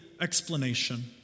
explanation